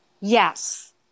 Yes